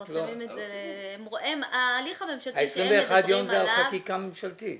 21 יום זה על חקיקה ממשלתית.